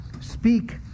speak